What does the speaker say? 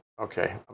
Okay